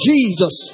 Jesus